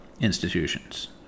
institutions